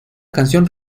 canción